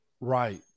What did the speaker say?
Right